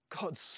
God